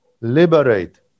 Liberate